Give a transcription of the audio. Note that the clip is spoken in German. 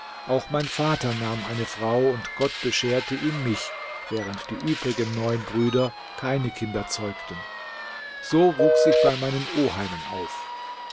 auch mein vater nahm eine frau und gott bescherte ihm mich während die übrigen neun brüder keine kinder zeugten und so wuchs ich bei meinen oheimen auf